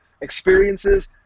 experiences –